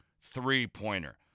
three-pointer